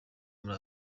muri